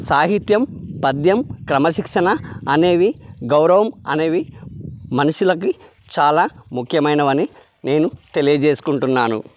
సాహిత్యం పద్యం క్రమశిక్షణ అనేవి గౌరవం అనేవి మనుషులకుచాలా ముఖ్యమైనవి అని నేను తెలియచేసుకుంటున్నాను